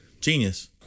Genius